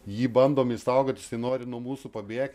jį bandom išsaugot jisai nori nuo mūsų pabėgt